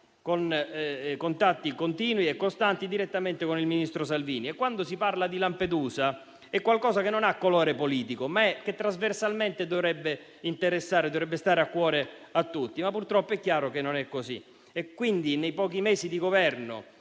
contatti continui e costanti direttamente con il ministro Salvini. Quando si parla di Lampedusa, è qualcosa che non ha colore politico, ma che trasversalmente dovrebbe interessare e dovrebbe stare a cuore a tutti. Ma purtroppo è chiaro che non è così. Nei pochi mesi di Governo,